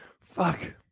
Fuck